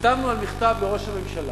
חתמנו על מכתב לראש הממשלה,